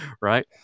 Right